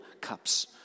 cups